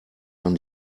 man